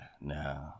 no